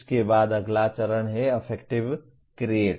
उसके बाद अगला चरण है अफेक्टिव क्रिएट